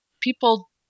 people